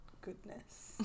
goodness